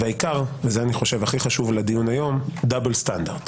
והעיקר ואני חושב שזה הכי חשוב לדיון היום דאבל סטנדרט,